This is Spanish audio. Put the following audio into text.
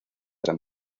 san